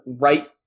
right